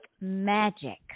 magic